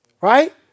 right